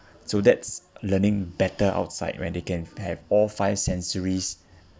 so that's learning better outside when they can have all five sensories